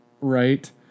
Right